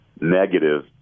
negative